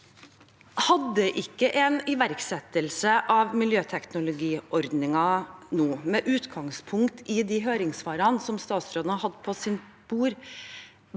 Hadde ikke en iverksettelse av miljøteknologiordningen nå med utgangspunkt i de høringssvarene som statsråden har hatt på sitt bord,